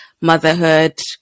motherhood